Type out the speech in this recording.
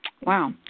Wow